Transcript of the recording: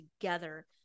together